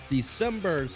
December